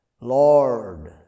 Lord